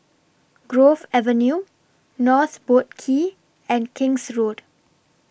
Grove Avenue North Boat Quay and King's Road